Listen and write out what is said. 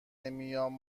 نمیام